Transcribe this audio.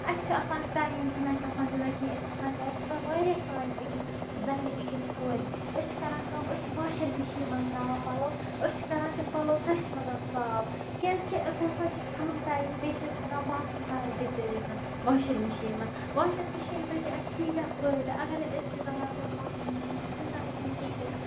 اَسہِ چھُ آسان ٹایِم چھُنہِ اَسہِ آسان تیوتاہ کہیٖنۍ اَسہِ چھِ آسان گَرِ چھِ آسان واریاہ کامہِ أکِس زَنہِ أکِس کورِ أسۍ چھِ کران کٲم أسۍ چھِ واشَنٛگ مِشیٖن مَنٛز تراوان پَلَو أسۍ چھِ کران تِم پَلَو تٔتھۍ مَنٛز صاف کیازکہِ تَتھ مَنٛز چھُ کَم ٹایِم بیٚیہِ چھِ أسۍ ہیٚکان باقٕے کامہِ تہِ کٔرِتھ واشَنٛگ مِشیٖن مَنٛز واشَنٛگ مِشیٖن سۭتۍ چھِ اَسہِ تیٖتیاہ فٲیدٕ اَگَر نے أزکِس زَمانَس مَنٛز واشَنٛگ مِشیٖن آسہِ اِنسان ہیٚکہِ نہٕ کِہیٖنۍ کٔرِتھ